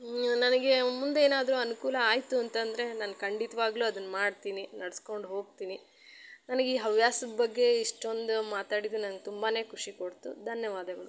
ನನಗೆ ಮುಂದೇನಾದ್ರೂ ಅನುಕೂಲ ಆಯಿತು ಅಂತಂದರೆ ನಾನು ಖಂಡಿತವಾಗ್ಲೂ ಅದನ್ನು ಮಾಡ್ತೀನಿ ನಡ್ಸ್ಕೊಂಡು ಹೋಗ್ತೀನಿ ನನಗೆ ಈ ಹವ್ಯಾಸದ ಬಗ್ಗೆ ಇಷ್ಟೊಂದು ಮಾತಾಡಿದ್ದು ನನ್ಗೆ ತುಂಬಾ ಖುಷಿ ಕೊಡ್ತು ಧನ್ಯವಾದಗಳು